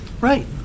Right